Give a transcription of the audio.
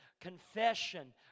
confession